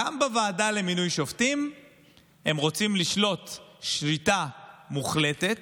גם בוועדה למינוי שופטים הם רוצים לשלוט שליטה מוחלטת,